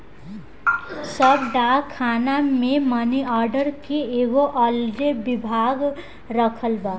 सब डाक खाना मे मनी आर्डर के एगो अलगे विभाग रखल बा